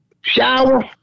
shower